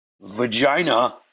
vagina